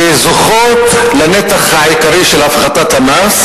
שזוכות לנתח העיקרי של הפחתת המס,